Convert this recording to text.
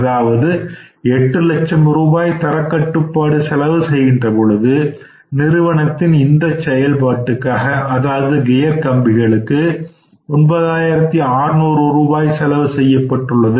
அதாவது எட்டு லட்சம் ரூபாய் தரக்கட்டுப்பாட்டு செலவு செய்கின்ற பொழுது நிறுவனத்தின் இந்த செயல்பாட்டுக்காக அதாவது கியர் கம்பிகளுக்கு 9 ஆயிரத்து 600 ரூபாய் செலவு செய்யப்பட்டுள்ளது